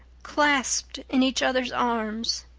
clasped in each other's arms.